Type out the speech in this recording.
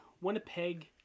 Winnipeg